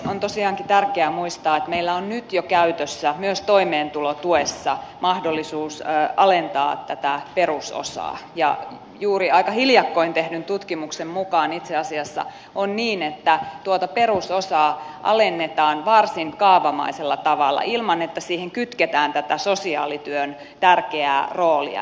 on tosiaankin tärkeää muistaa että meillä on nyt jo käytössä myös toimeentulotuessa mahdollisuus alentaa tätä perusosaa ja juuri aika hiljakkoin tehdyn tutkimuksen mukaan itse asiassa on niin että tuota perusosaa alennetaan varsin kaavamaisella tavalla ilman että siihen kytketään tätä sosiaalityön tärkeää roolia